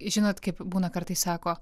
žinot kaip būna kartais sako